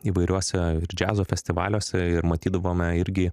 įvairiuose džiazo festivaliuose ir matydavome irgi